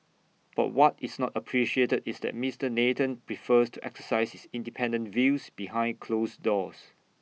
but what is not appreciated is that Mister Nathan prefers to exercise his independent views behind closed doors